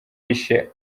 yishe